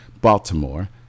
Baltimore